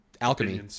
alchemy